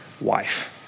wife